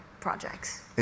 projects